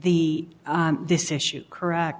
the this issue correct